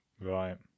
right